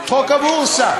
חוק הבורסה.